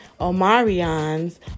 Omarion's